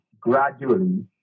gradually